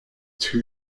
two